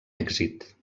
èxit